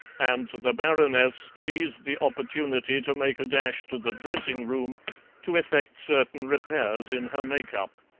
and the baroness seized the opportunity to make a dash to the dressing-room to effect certain repairs in her make-up.